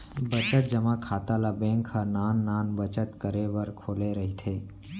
बचत जमा खाता ल बेंक ह नान नान बचत करे बर खोले रहिथे